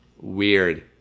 Weird